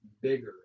bigger